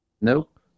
Nope